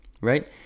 right